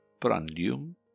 Prandium